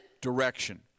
direction